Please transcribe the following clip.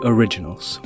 Originals